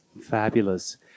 Fabulous